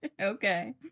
okay